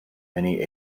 many